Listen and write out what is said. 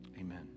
Amen